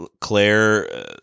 Claire